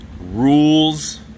rules